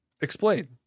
Explain